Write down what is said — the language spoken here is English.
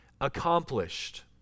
accomplished